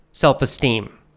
Self-esteem